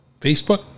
Facebook